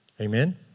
Amen